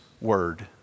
word